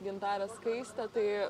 gintare skaiste tai